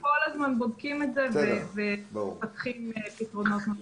אנחנו כל הזמן בודקים את זה ומפתחים פתרונות נוספים.